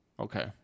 Okay